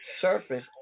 surface